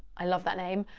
i love that name,